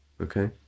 okay